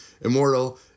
immortal